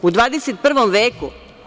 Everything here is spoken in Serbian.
U 21. veku.